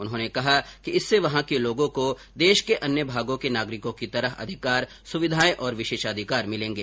उन्होंने कहा कि इससे वहां के लोगों को देश के अन्य भागों के नागरिकों की तरह अधिकार सुविधाएं और विशेषाधिकार मिलेंगे